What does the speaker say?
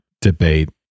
debate